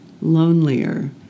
lonelier